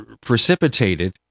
precipitated